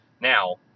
Now